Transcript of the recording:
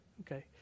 Okay